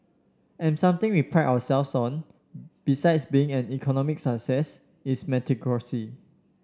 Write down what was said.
and something we pride ourselves on besides being an economic success is